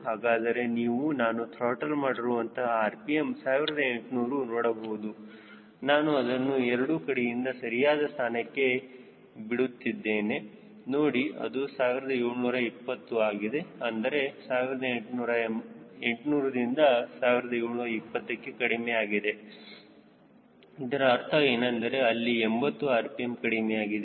ಹಾಗಾದರೆ ನೀವು ನಾನು ತ್ರಾಟಲ್ ಮಾಡಿರುವಂತಹ rpm 1800 ನೋಡಬಹುದು ನಾನು ಅದನ್ನು ಎರಡು ಕಡೆಯಿಂದ ಸರಿಯಾದ ಸ್ಥಾನಕ್ಕೆ ಬಿಡುತ್ತಿದ್ದೇನೆ ನೋಡಿ ಅದು 1720 ಆಗಿದೆ ಅಂದರೆ 1800 ದಿಂದ 1720 ಗೆ ಕಡಿಮೆ ಆಗಿದೆ ಇದರ ಅರ್ಥವು ಏನೆಂದರೆ ಅಲ್ಲಿ 80 rpm ಕಡಿಮೆಯಾಗಿದೆ